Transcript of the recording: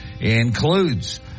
includes